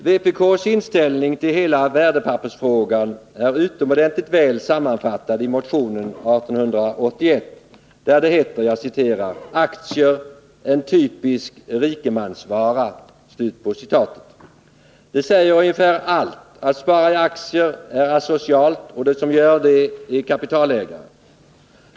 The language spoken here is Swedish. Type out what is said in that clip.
Vpk:s inställning till hela värdepappersfrågan är utmordentligt väl sammanfattad i motionen 881, där det heter: ”Aktier — en typisk rikemansvara— ——.” Det säger ungefär allt. Att spara i aktier är asocialt, och de som gör det är kapitalägare.